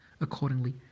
Accordingly